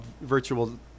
virtual